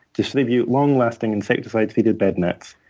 distribute long-lasting insecticide through the bed nets,